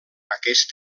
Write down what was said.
aquest